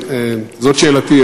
זו שאלתי,